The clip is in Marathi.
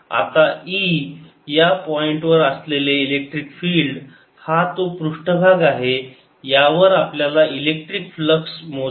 आता E या पॉईंट वर असलेले इलेक्ट्रिक फिल्ड हा तो पृष्ठभाग आहे यावर आपल्याला इलेक्ट्रिक फ्लक्स शोधायचे आहे